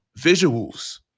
Visuals